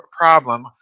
problem